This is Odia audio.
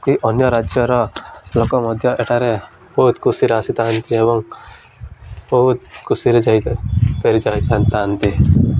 କି ଅନ୍ୟ ରାଜ୍ୟର ଲୋକ ମଧ୍ୟ ଏଠାରେ ବହୁତ ଖୁସିରେ ଆସିଥାନ୍ତି ଏବଂ ବହୁତ ଖୁସିରେ ଯାଇ ଫେରି ଯାଇଥାନ୍ତି